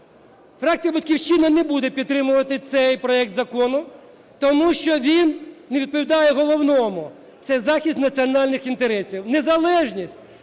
Фракція "Батьківщина" не буде підтримувати цей проект закону, тому що він не відповідає головному - це захист національних інтересів, незалежність.